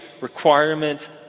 requirement